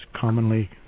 commonly